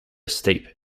steep